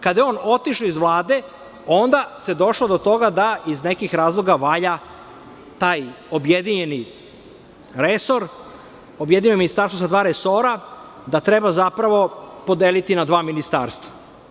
Kada je on otišao iz Vlade, onda se došlo do toga da iz nekih razloga valja da taj objedinjeni resor, objedinjeno ministarstvo sa dva resora, da treba podeliti na dva ministarstva.